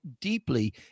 deeply